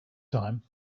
time